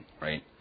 right